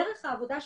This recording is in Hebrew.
דרך העבודה שלה,